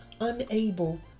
Unable